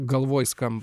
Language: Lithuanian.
galvoj skamba